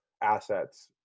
assets